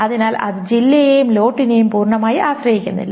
അതിനാൽ അത് ജില്ലയെയും ലോട്ടിനെയും പൂർണ്ണമായും ആശ്രയിക്കുന്നില്ല